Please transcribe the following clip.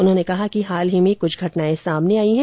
उन्होंने कहा कि हाल ही में कुछ घटनाएं सामने आई है